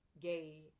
gay